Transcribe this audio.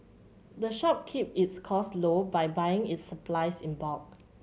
the shop keeps its costs low by buying its supplies in bulk